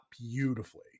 beautifully